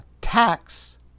tax